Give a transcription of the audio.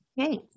okay